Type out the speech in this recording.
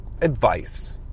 advice